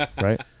Right